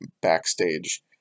backstage